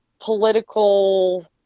political